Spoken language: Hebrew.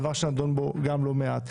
דבר שדנו בו לא מעט.